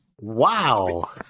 Wow